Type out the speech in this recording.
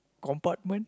compartment